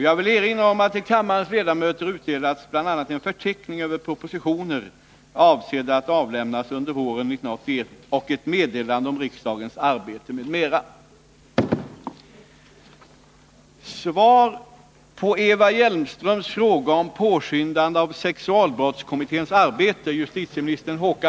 Jag vill erinra om att till kammarens ledamöter utdelats bl.a. en förteckning över propositioner avsedda att avlämnas under våren 1981 och ett meddelande om riksdagens arbete m.m.